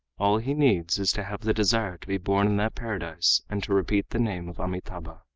all he needs is to have the desire to be born in that paradise and to repeat the name of amitabha.